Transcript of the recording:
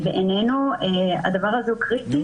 בעינינו הדבר הזה הוא קריטי.